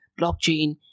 Blockchain